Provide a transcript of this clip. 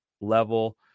level